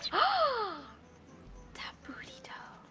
oh dat booty doh.